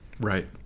Right